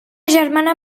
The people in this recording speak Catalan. germana